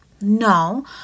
No